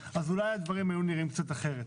אז אולי הדברים ייראו קצת אחרת.